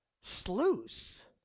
Sluice